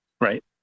right